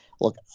look